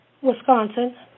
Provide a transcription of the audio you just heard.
Wisconsin